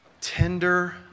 tender